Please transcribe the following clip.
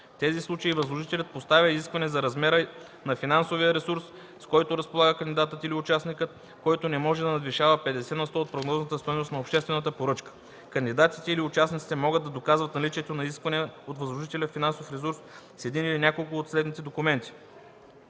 В тези случаи възложителят поставя изискване за размера на финансовия ресурс, с който разполага кандидатът или участникът, който не може да надвишава 50 на сто от прогнозната стойност на обществената поръчка. Кандидатите или участниците могат да доказват наличието на изисквания от възложителя финансов ресурс с един или няколко от следните документи: